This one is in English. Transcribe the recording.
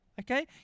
Okay